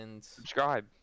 subscribe